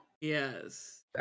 yes